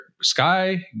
sky